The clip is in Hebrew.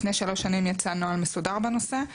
לפני שלוש שנים יצא נוהל מסודר בנושא.